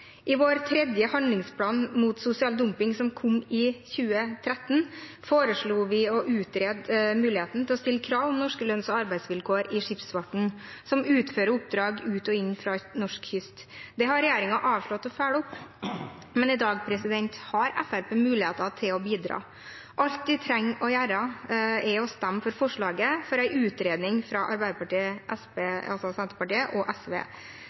I vår tredje handlingsplan mot sosial dumping, som kom i 2013, foreslo vi å utrede muligheten til å stille krav om norske lønns- og arbeidsvilkår i skipsfarten som utfører oppdrag ut og inn fra norsk kyst. Det har regjeringen avslått å følge opp, men i dag har Fremskrittspartiet muligheten til å bidra. Alt de trenger å gjøre, er å stemme for forslaget fra Arbeiderpartiet, Senterpartiet og SV